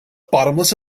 bottomless